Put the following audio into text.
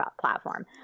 platform